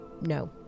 no